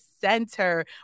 Center